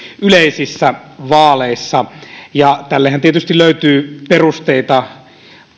yleisissä vaaleissa tällehän tietysti löytyy perusteita